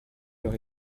leur